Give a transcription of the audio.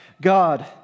God